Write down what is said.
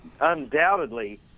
undoubtedly